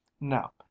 Now